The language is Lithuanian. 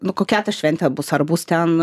nu kokia ta šventė bus ar bus ten